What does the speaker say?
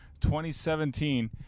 2017